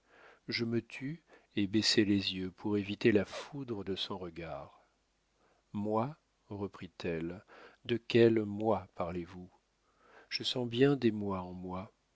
je me tus et baissai les yeux pour éviter la foudre de son regard moi reprit-elle de quel moi parlez-vous je sens bien des moi en moi